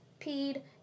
peed